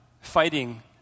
fighting